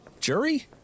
jury